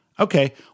Okay